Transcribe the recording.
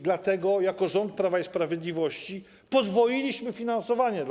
Dlatego jako rząd Prawa i Sprawiedliwości podwoiliśmy finansowanie dla